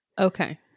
Okay